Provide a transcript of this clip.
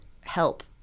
help